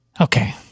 okay